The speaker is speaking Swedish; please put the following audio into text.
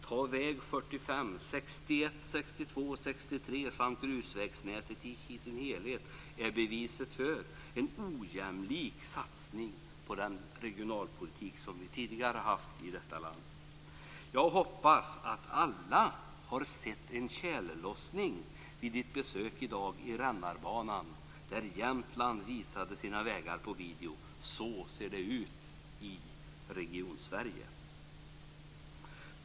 Vägarna 45, 61, 62, 63 samt grusvägnätet i sin helhet är beviset för en ojämlik satsning på en regionalpolitik som vi tidigare har haft i detta land. Jag hoppas att alla har sett en tjällossning vid ett besök i dag i rännarbanan, där Jämtlands vägar visades på video. Så ser det ut i Regionsverige.